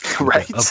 Right